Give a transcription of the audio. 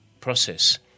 process